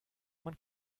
man